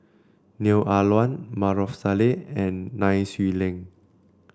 Neo Ah Luan Maarof Salleh and Nai Swee Leng